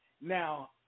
now